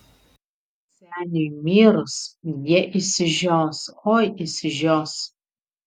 seniui mirus jie išsižios oi išsižios